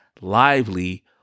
lively